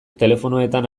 telefonoetan